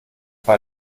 war